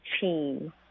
team